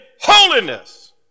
holiness